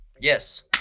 Yes